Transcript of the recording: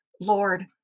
Lord